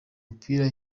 mipira